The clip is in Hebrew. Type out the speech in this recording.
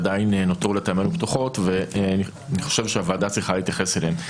עדיין נותרו פתוחות ואני חושב שהוועדה צריכה להתייחס אליהן.